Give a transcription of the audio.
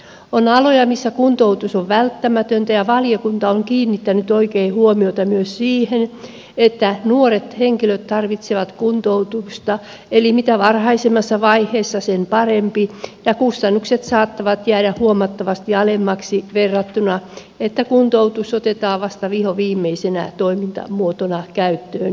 on aloja missä kuntoutus on välttämätöntä ja valiokunta on kiinnittänyt oikein huomiota myös siihen että nuoret henkilöt tarvitsevat kuntoutusta eli mitä varhaisemmassa vaiheessa sen parempi ja kustannukset saattavat jäädä huomattavasti alemmaksi verrattuna siihen että kuntoutus otetaan vasta vihoviimeisenä toimintamuotona käyttöön